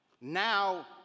Now